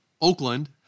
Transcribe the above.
Oakland